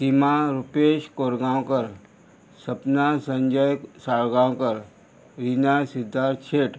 Sima Rupesh Korgaonkar Sapna Sanjay Salgaonkar Rina Siddharth Shet